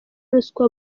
ruswa